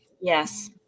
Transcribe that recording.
Yes